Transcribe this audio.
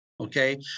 okay